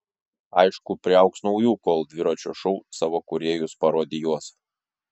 aišku priaugs naujų kol dviračio šou savo kūrėjus parodijuos